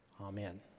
Amen